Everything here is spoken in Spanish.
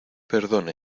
perdone